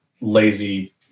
lazy